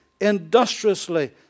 industriously